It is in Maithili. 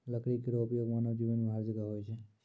लकड़ी केरो उपयोग मानव जीवन में हर जगह होय छै